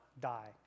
die